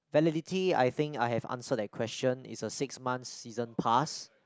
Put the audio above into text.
validity I think I have answered that question it's a six months season pass